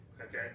Okay